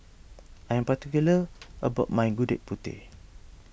I'm particular about my Gudeg Putih